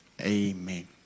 Amen